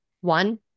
One